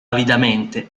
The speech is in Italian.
avidamente